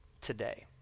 today